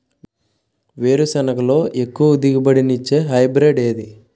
వేరుసెనగ లో ఎక్కువ దిగుబడి నీ ఇచ్చే హైబ్రిడ్ ఏది?